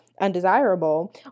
undesirable